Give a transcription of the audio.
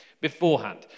beforehand